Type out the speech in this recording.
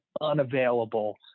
unavailable